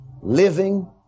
Living